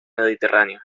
mediterráneo